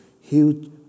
huge